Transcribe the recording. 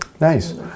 Nice